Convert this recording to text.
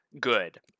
good